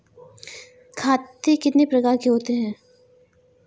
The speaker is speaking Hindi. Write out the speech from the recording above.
खाते कितने प्रकार के होते हैं?